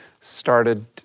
started